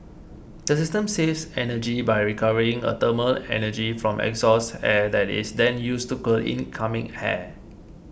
the system saves energy by recovering a thermal energy from exhaust air that is then used to cool incoming air